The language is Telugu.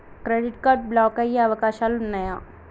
క్రెడిట్ కార్డ్ బ్లాక్ అయ్యే అవకాశాలు ఉన్నయా?